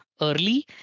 early